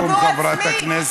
משפט סיכום, חברת הכנסת.